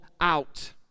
out